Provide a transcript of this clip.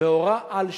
והורה על שחרורו.